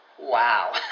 Wow